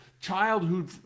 childhood